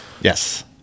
Yes